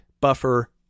Buffer